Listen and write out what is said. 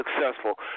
successful